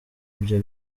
ibyo